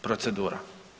Procedura.